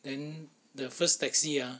then the first taxi ah